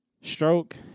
stroke